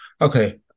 okay